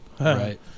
Right